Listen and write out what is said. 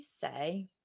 say